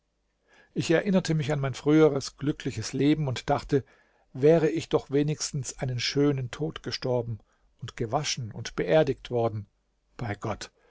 ich erinnerte mich an mein früheres glückliches leben und dachte wäre ich doch wenigstens einen schönen tod gestorben und gewaschen und beerdigt worden bei gott